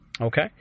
Okay